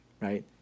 right